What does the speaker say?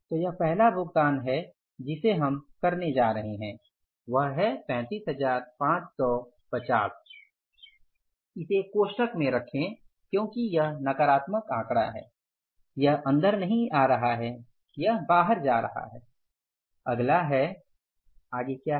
तो यह पहला भुगतान है जिसे हम करने जा रहे हैं वह है 35550 इसे कोष्ठक में रखें क्योंकि यह नकारात्मक आंकड़ा है यह अंदर नहीं आ रहा है यह बाहर जा रहा है अगला है आगे क्या है